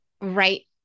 right